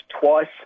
twice